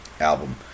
album